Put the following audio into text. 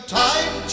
time